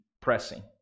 pressing